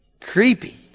Creepy